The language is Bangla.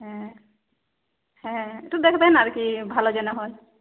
হ্যাঁ হ্যাঁ একটু দেখবেন আর কি ভালো যেন হয়